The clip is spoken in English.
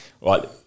right